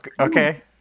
Okay